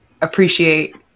appreciate